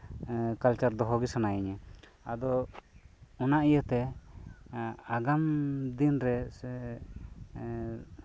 culture ᱫᱚᱦᱚᱜᱤ ᱥᱟᱱᱟᱭᱤᱧᱟᱹ ᱟᱫᱚ ᱚᱱᱟ ᱤᱭᱟᱹᱛᱮ ᱟᱜᱟᱢ ᱫᱤᱱ ᱨᱮ ᱥᱮ